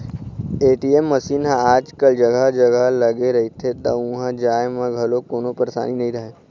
ATM machine ह आजकल जघा जघा लगे रहिथे त उहाँ जाए म घलोक कोनो परसानी नइ रहय